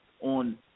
on